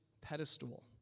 pedestal